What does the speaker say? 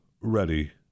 ready